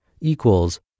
equals